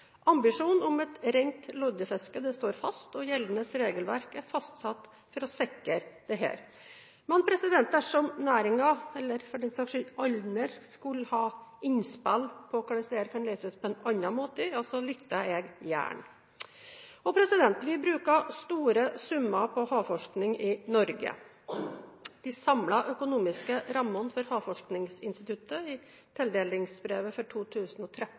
om et rent loddefiske står fast, og gjeldende regelverk er fastsatt for å sikre dette. Men dersom næringen – eller for den saks skyld noen andre – skulle ha innspill til hvordan dette kan løses på en annen måte, lytter jeg gjerne. Vi bruker store summer på havforskning i Norge. De samlede økonomiske rammene for Havforskningsinstituttet i tildelingsbrevet for 2013